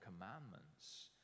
commandments